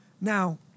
Now